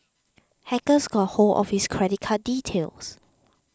hackers got hold of his credit card details